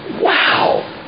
Wow